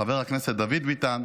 חבר הכנסת דוד ביטן,